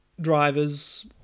drivers